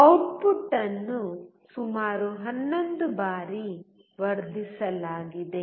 output output ಅನ್ನು ಸುಮಾರು 11 ಬಾರಿ ವರ್ಧಿಸಲಾಗಿದೆ